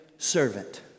servant